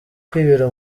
kwibera